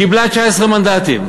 קיבלה 19 מנדטים.